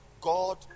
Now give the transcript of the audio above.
God